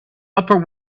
upper